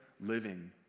living